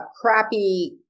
crappy